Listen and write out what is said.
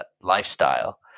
lifestyle